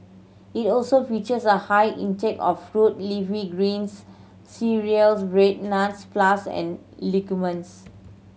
it also features a high intake of fruit leafy greens cereals bread nuts plus and legumes